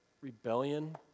rebellion